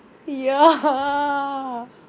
ya ha